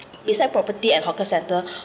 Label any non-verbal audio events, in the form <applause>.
beside property and hawker centre <breath>